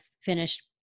finished